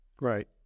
Right